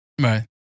Right